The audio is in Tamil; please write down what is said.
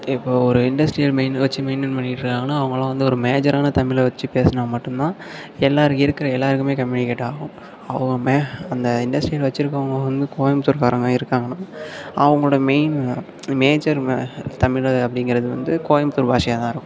இப்போ ஒரு இண்டஸ்ட்ரியல் மெயினாக வச்சு மெயின்டைன் பண்ணிகிட்டுருக்காங்கனா அவங்களாம் வந்து ஒரு மேஜரான தமிழை வச்சு பேசுனால் மட்டும் தான் எல்லாேரு இருக்கிற எல்லாேருக்குமே கம்யூனிகேட் ஆகும் அவங்க மே அந்த இண்டஸ்ட்ரியல் வச்சுருக்கவங்க வந்து கோயம்புத்தூர்காரவங்க இருக்காங்கனா அவங்களோட மெயின் மேஜர் தமிழ் அப்படிங்கிறது வந்து கோயம்புத்தூர் பாஷையாகதான் இருக்கும்